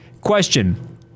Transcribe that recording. question